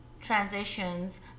transitions